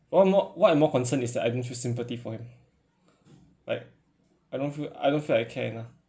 what more what I more concern is that I didn't feel sympathy for him like I don't feel I don't feel I care enough